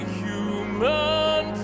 human